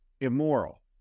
immoral